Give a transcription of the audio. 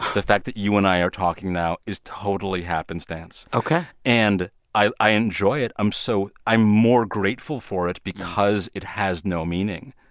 the fact that you and i are talking now is totally happenstance ok and i i enjoy it. i'm so i'm more grateful for it because it has no meaning.